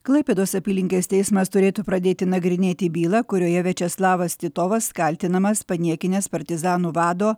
klaipėdos apylinkės teismas turėtų pradėti nagrinėti bylą kurioje viačeslavas titovas kaltinamas paniekinęs partizanų vado